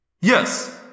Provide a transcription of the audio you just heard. Yes